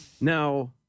Now